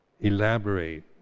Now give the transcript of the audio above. elaborate